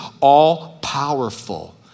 all-powerful